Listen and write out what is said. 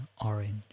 orange